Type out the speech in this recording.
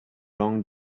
long